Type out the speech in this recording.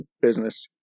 business